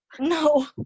No